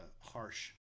harsh